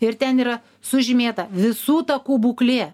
ir ten yra sužymėta visų takų būklė